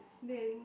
then